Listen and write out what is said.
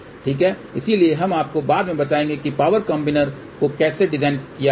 ठीक इसलिए हम आपको बाद में बताएंगे कि पावर कंबाइनर को कैसे डिज़ाइन किया जाए